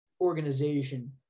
organization